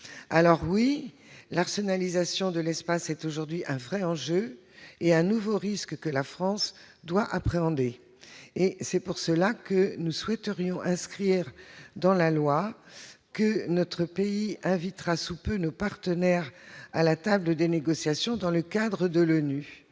effrayante. L'arsenalisation de l'espace constitue aujourd'hui un véritable enjeu et un nouveau risque que la France doit appréhender. C'est pourquoi nous souhaiterions inscrire dans la loi que notre pays invitera sous peu ses partenaires à la table des négociations, dans le cadre de l'ONU,